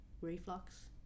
reflux